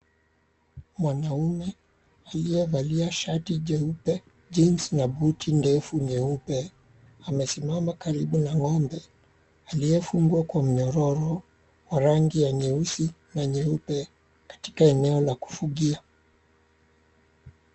Mwanaume aliyevalia shati jeupe, jeans na buti ndefu nyeupe, amesimama karibu na ng'ombe, aliyefungwa kwa mnyororo wa rangi ya nyeusi na nyeupe katika eneo la kufugia.